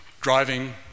driving